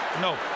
No